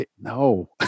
no